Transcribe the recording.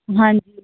ਹਾਂਜੀ